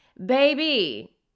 Baby